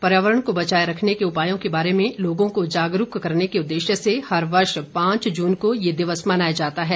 पर्यावरण को बचाये रखने के उपायों के बारे में लोगों को जागरूक करने के उद्देश्य से हर वर्ष पांच जून को यह दिवस मनाया जाता है